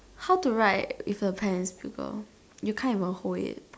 how to write with a pen with a you can't even hold it